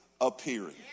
appearing